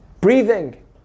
Breathing